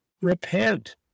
repent